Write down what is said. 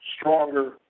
stronger